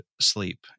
sleep